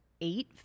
eight